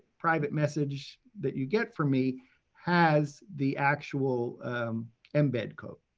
private message that you get from me has the actual embed code.